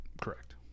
Correct